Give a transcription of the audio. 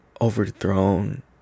overthrown